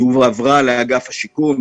היא הועברה לאגף שיקום,